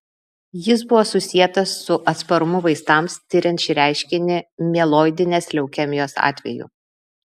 jis buvo susietas su atsparumu vaistams tiriant šį reiškinį mieloidinės leukemijos atveju